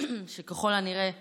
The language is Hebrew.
שככל הנראה הופרו.